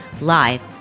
live